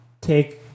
take